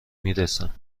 میرسم